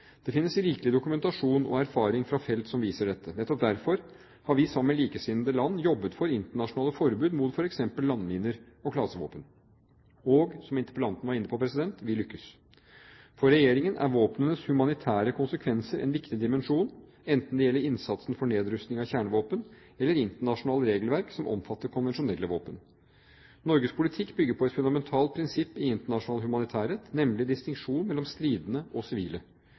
Det finnes rikelig dokumentasjon og erfaring fra felt som viser dette. Nettopp derfor har vi sammen med likesinnede land jobbet for internasjonale forbud mot f.eks. landminer og klasevåpen – og, som interpellanten var inne på, vi lykkes. For regjeringen er våpnenes humanitære konsekvenser en viktig dimensjon, enten det gjelder innsatsen for nedrustning av kjernevåpen eller internasjonale regelverk som omfatter konvensjonelle våpen. Norges politikk bygger på et fundamentalt prinsipp i internasjonal humanitærrett, nemlig distinksjon mellom stridende og sivile.